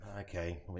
Okay